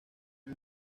hay